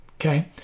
okay